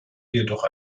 jedoch